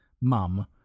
mum